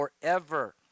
forever